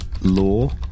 law